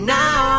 now